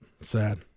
sad